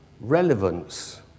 relevance